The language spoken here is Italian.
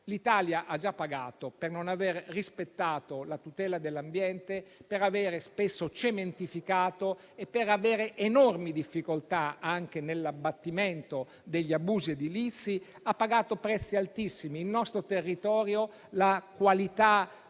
l'Italia ha già pagato per non avere rispettato la tutela dell'ambiente, per avere spesso cementificato e per avere enormi difficoltà anche nell'abbattimento degli abusi edilizi. Ha pagato prezzi altissimi. Il nostro territorio ha scarsa